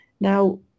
Now